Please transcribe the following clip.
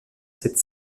cette